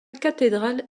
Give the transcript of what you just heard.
cathédrale